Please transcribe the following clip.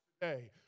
today